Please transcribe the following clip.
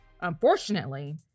Unfortunately